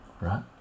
Right